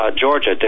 Georgia